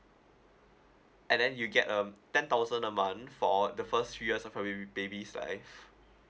and then you'll get um ten thousand a month for the first few years of her ba~ baby's life